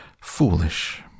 foolish